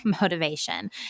motivation